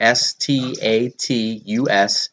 status